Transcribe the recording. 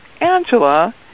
Angela